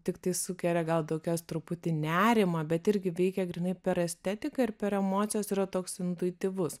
tiktai sukelia gal tokias truputį nerimą bet irgi veikia grynai per estetiką ir per emocijas yra toks intuityvus